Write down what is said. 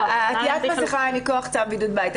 עטיית מסכה הי מכוח צו בידוד בית,